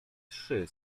trzy